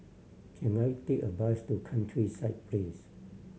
can I take a bus to Countryside Place